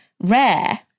rare